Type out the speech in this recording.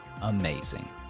amazing